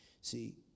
See